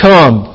Come